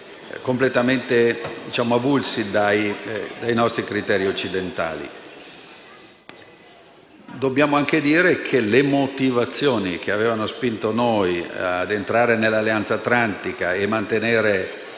completamente avulsi dai criteri occidentali. Dobbiamo anche dire che le motivazioni che hanno spinto noi a entrare nell'Alleanza atlantica e a mantenere